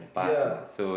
ya